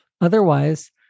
Otherwise